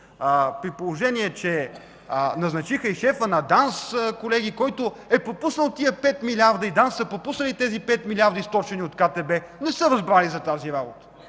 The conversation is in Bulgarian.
при положение че назначиха и шефа на ДАНС, който е пропуснал тези 5 милиарда, че ДАНС са пропуснали тези 5 милиарда, източени от КТБ, не са разбрали за тази работа...